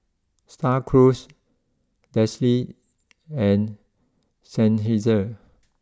Star Cruise Delsey and Seinheiser